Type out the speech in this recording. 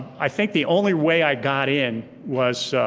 i think the only way i got in was